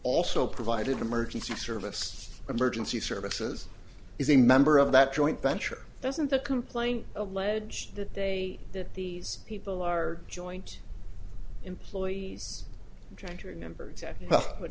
also provided emergency service emergency services is a member of that joint venture doesn't the complaint allege that they that these people are joint employees and trying to remember exactly what